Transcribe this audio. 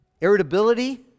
Irritability